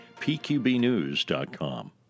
pqbnews.com